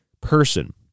person